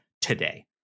today